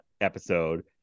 episode